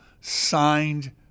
signed